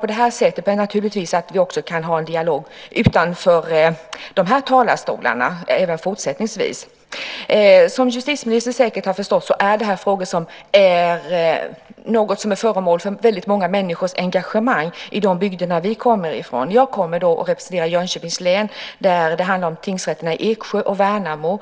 på det här sättet, och naturligtvis att vi också kan ha en dialog även på andra ställen än i de här talarstolarna även fortsättningsvis. Som justitieministern säkert har förstått är det här frågor som är föremål för väldigt många människors engagemang i de bygder vi kommer ifrån. Jag representerar Jönköpings län, där det handlar om tingsrätterna i Eksjö och Värnamo.